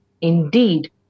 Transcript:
Indeed